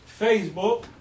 Facebook